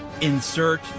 insert